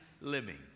living